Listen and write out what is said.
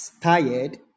tired